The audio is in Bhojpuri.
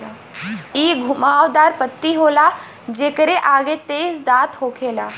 इ घुमाव दार पत्ती होला जेकरे आगे तेज दांत होखेला